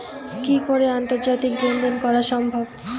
কি করে আন্তর্জাতিক লেনদেন করা সম্ভব?